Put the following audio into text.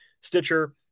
Stitcher